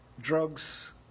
drugs